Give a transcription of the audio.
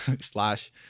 slash